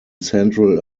central